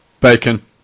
Bacon